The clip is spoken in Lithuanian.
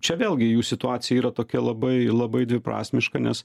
čia vėlgi jų situacija yra tokia labai labai dviprasmiška nes